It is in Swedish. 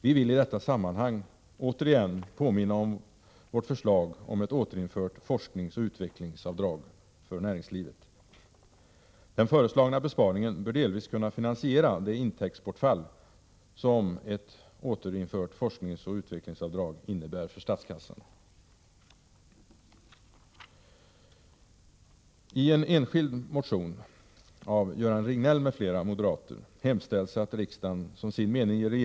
Vi vill i detta sammanhang återigen påminna om vårt förslag om ett återinfört forskningsoch utvecklingsavdrag för näringslivet. Den föreslagna besparingen bör delvis kunna finansiera det intäktsbortfall som ett återinfört forskningsoch utvecklingsavdrag innebär för statskassan.